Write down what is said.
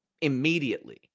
immediately